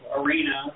arena